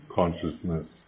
consciousness